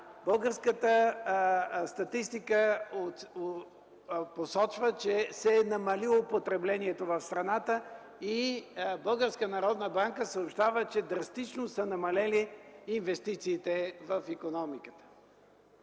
българската статистика посочва, че се е намалило потреблението в страната и Българската народна банка съобщава, че драстично са намалели инвестициите в икономиката.